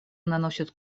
наносит